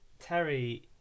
Terry